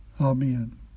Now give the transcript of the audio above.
amen